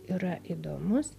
yra įdomus